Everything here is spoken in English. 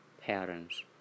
parents